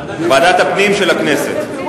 אפס נמנעים.